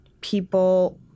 people